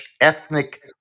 ethnic